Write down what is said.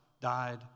died